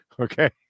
Okay